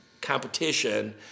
competition